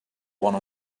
one